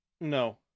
No